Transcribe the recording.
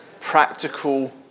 practical